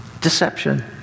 Deception